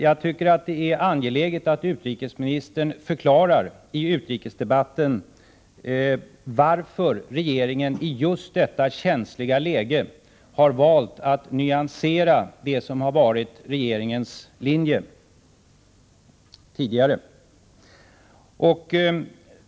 Jag tycker att det är angeläget att utrikesministern i utrikesdebatten förklarar varför regeringen i just detta känsliga läge har valt att nyansera det som tidigare har varit regeringens linje.